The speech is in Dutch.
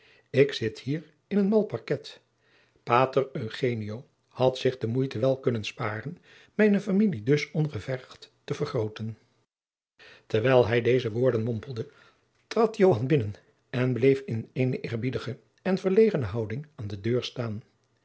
ik zit hier in een mal parket pater eugenio had zich de moeite wel kunnen sparen mijne familie dus ongevergd te vergrooten terwijl hij deze woorden mompelde trad joan binnen en bleef in eene eerbiedige en verlegene houding aan de deur staan